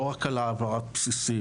לא רק על העברת הבסיסים.